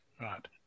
right